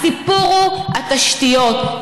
הסיפור הוא התשתיות.